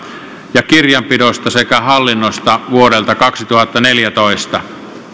ja kirjanpidosta sekä hallinnosta vuodelta kaksituhattaneljätoista